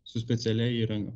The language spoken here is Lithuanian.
su specialia įranga